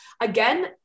Again